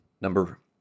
number